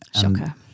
Shocker